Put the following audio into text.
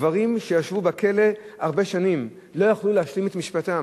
גברים שישבו בכלא הרבה שנים לא יכלו להשלים את משפטם.